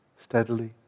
steadily